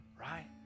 Right